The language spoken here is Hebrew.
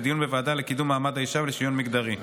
לדיון בוועדה לקידום מעמד האישה ולשוויון מגדרי.